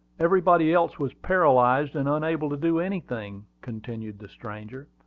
everybody else was paralyzed, and unable to do anything, continued the stranger.